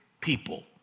people